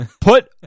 Put